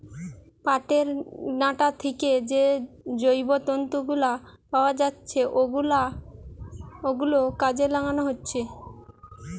পাটের ডাঁটা থিকে যে জৈব তন্তু গুলো পাওয়া যাচ্ছে ওগুলো কাজে লাগানো হচ্ছে